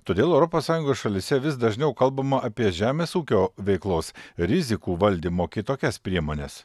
todėl europos sąjungos šalyse vis dažniau kalbama apie žemės ūkio veiklos rizikų valdymo kitokias priemones